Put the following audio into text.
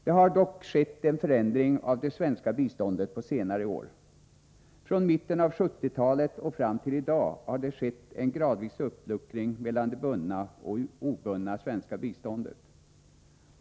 Det har dock skett en förändring av det svenska biståndet under senare år. Från mitten av 1970-talet och fram till i dag har det skett en gradvis uppluckring mellan det bundna och det obundna svenska biståndet.